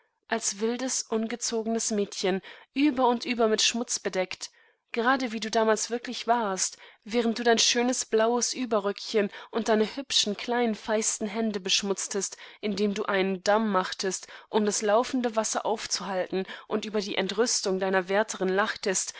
als wildes ungezogenes mädchen über und über mit schmutz bedeckt gerade wie du damals wirklich warst während du dein schönes blaues überröckchenunddeinehübschenkleinenfeistenhändebeschmutztest indemdueinen damm machtest um das laufende wasser aufzuhalten und über die entrüstung deiner wärterin lachtest